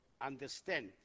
understand